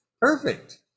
Perfect